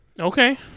Okay